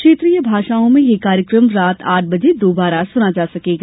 क्षेत्रीय भाषाओं में यह कार्यक्रम रात आठ बजे दोबारा सुना जा सकेगा